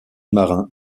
marin